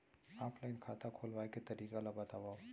Offline खाता खोलवाय के तरीका ल बतावव?